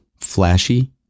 flashy